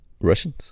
Russians